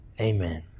Amen